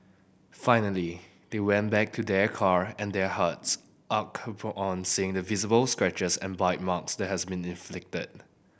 finally they went back to their car and their hearts on seeing the visible scratches and bite marks that had been inflicted